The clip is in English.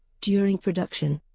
during production,